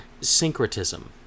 syncretism